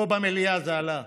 פה במליאה זה עלה.